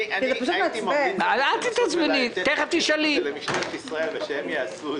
משרד יכול לתת שירותים של משרד אחר ולשלם עליהם,